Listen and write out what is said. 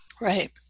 right